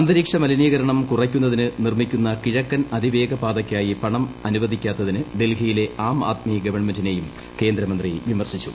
അന്തരീക്ഷ മലിനീകരണം കുറയ്ക്കുന്നതിന് നിർമ്മിക്കുന്ന കിഴക്കൻ അതിവേഗ പാതയ്ക്കായി പണം അനുവദിക്കാത്തിന് ഡൽഹിയിലെ ആം ആദ്മി ഗവൺമെന്റിനെയും കേന്ദ്രമന്ത്രി വീമൂർശിച്ചു